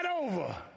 over